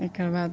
एकर बाद